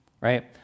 right